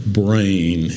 brain